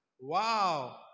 Wow